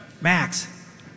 Max